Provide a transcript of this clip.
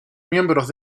miembros